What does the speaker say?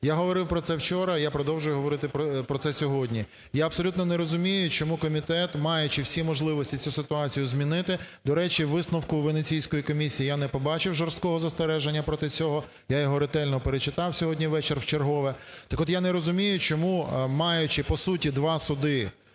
Я говорив про це вчора, я продовжую говорити про це сьогодні. Я абсолютно не розумію, чому комітет, маючи всі можливості цю ситуацію змінити, до речі, у висновку Венеційської комісії я не побачив жорсткого застереження проти цього, я його ретельно перечитав сьогодні увечері вчергове. Так от я не розумію, чому, маючи по суті два суди